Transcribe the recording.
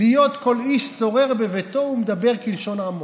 "להיות כל איש שרר בביתו ומדבר כלשון עמו"?